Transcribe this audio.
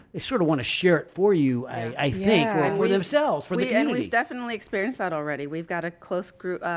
they sort of want to share it for you, i think, for themselves. for the end, we definitely experienced that already. we've got a close group,